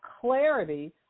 clarity